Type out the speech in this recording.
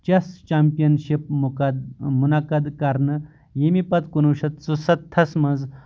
chess championship مُنعقد کرنہٕ ییٚمہِ پتہٕ کُنوُہ شٮ۪تھ ژُسَتتھس منٛز